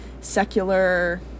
secular